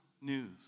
news